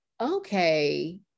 okay